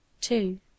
two